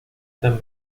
gran